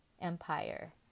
empire